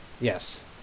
Yes